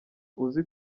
uzi